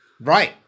Right